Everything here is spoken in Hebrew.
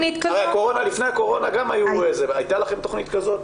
לפני הקורונה היתה לכם תכנית כזאת?